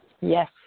Yes